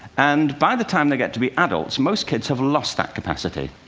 and by the time they get to be adults, most kids have lost that capacity.